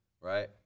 right